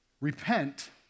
Repent